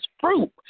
fruit